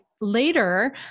later